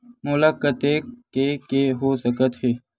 मोला कतेक के के हो सकत हे?